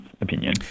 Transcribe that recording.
opinion